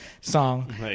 song